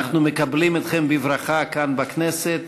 אנחנו מקבלים אתכם בברכה כאן בכנסת.